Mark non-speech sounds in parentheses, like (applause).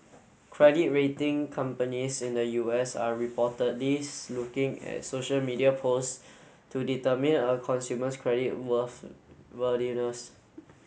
credit rating companies in the U S are reportedly (unintelligible) looking at social media post to determine a consumer's credit worth worthiness